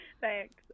Thanks